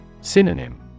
Synonym